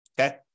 Okay